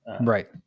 Right